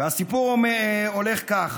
הסיפור הולך כך: